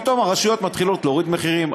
פתאום הרשויות מתחילות להוריד מחירים.